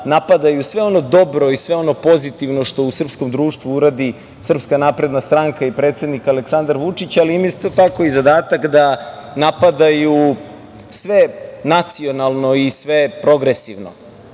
napadaju sve ono dobro i sve ono pozitivno što u srpskom društvu uradi Srpska napredna stranka i predsednik Aleksandar Vučić, ali isto tako i zadatak da napadaju sve nacionalno i sve progresivno. Kada